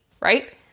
right